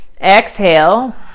exhale